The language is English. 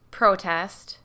protest